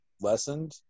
lessened